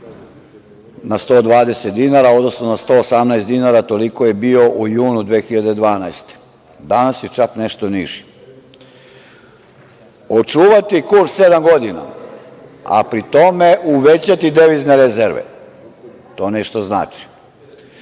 na 120 dinara, odnosno 118 dinara. Toliko je bio u junu 2012. godine, danas je čak nešto niži. Očuvati kurs sedam godina, a pri tome uvećati devizne rezerve, to nešto znači.